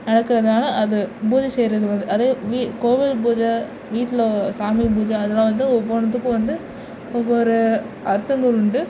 நடக்கிறதுனால அது பூஜை செய்கிறது வந்து அதே மி கோவில் பூஜை வீட்டில் சாமி பூஜை அதெலாம் வந்து ஒவ்வொன்னுத்துக்கும் வந்து ஒவ்வொரு அர்த்தங்கள் உண்டு